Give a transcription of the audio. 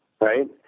right